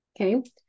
Okay